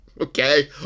Okay